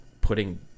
putting –